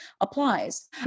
applies